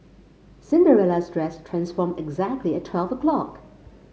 Cinderella's dress transformed exactly at twelve o'clock